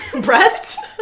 breasts